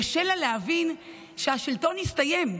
קשה לה להבין שהשלטון הסתיים.